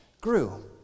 grew